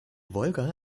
wolga